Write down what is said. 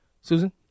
Susan